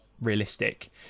realistic